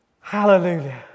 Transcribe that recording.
Hallelujah